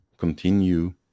continue